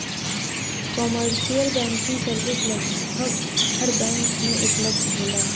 commercial banking service लगभग हर bank में उपलब्ध होला